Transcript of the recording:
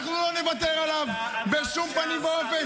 אנחנו לא נוותר עליו בשום פנים ואופן.